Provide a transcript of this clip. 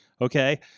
okay